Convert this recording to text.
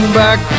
back